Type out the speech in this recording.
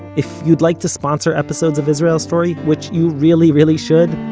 if you'd like to sponsor episodes of israel story, which you really really should,